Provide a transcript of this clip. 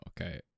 Okay